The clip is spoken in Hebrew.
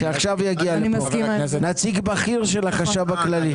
שעכשיו יגיע לפה נציג בכיר של החשב הכללי.